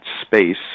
Space